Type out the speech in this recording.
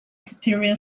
superior